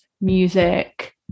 music